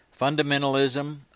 Fundamentalism